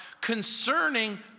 concerning